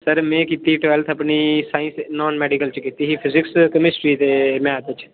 sir मैं कीती ही ट्वेल्थ अपनी साइंस नॉन मेडिकल च कीती ही फिजिक्स केमिस्ट्री ते मैथ च